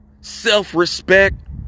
self-respect